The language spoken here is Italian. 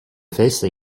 festa